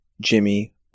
Jimmy